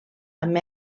amb